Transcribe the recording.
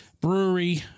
Brewery